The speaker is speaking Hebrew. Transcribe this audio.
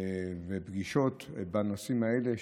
ופגישות בנושאים האלה.